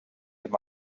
him